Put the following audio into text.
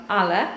ale